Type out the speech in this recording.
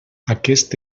aquest